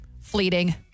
fleeting